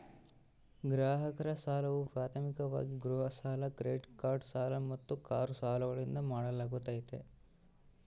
ಗ್ರಾಹಕರ ಸಾಲವು ಪ್ರಾಥಮಿಕವಾಗಿ ಗೃಹ ಸಾಲ ಕ್ರೆಡಿಟ್ ಕಾರ್ಡ್ ಸಾಲ ಮತ್ತು ಕಾರು ಸಾಲಗಳಿಂದ ಮಾಡಲಾಗ್ತೈತಿ